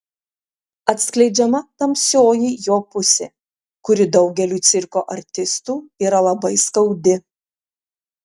atskleidžiama tamsioji jo pusė kuri daugeliui cirko artistų yra labai skaudi